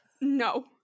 No